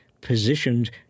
positioned